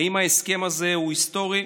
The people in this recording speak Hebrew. האם ההסכם הזה הוא היסטורי?